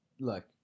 look